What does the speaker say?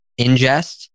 ingest